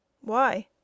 Why